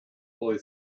boy